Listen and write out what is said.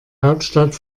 hauptstadt